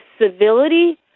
civility